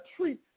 treat